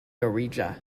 norwegia